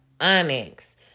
onyx